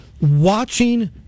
watching